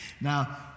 Now